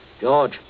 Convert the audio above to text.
George